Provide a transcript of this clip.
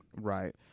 Right